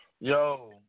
Yo